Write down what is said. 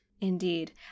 Indeed